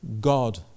God